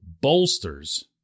bolsters